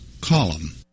column